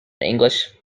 english